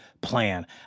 plan